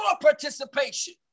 participation